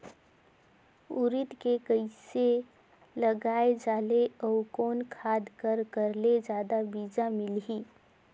उरीद के कइसे लगाय जाले अउ कोन खाद कर करेले जादा बीजा मिलही?